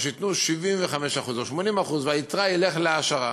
או שייתנו 75% או 80% והיתרה ילכו להעשרה.